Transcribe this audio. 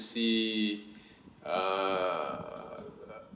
see a